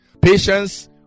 patience